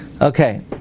Okay